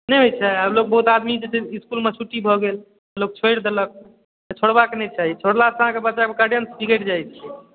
की होइ छै आब लोक बहुत आदमी जे छै इसकूलमे छुट्टी भऽ गेल लोग छोड़ि देलक छोड़बाक नहि चाही छोड़लासँ अहाँके बच्चाके गाइडेंस बिगड़ि जाइ छै